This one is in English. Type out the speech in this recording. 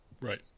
Right